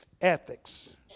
ethics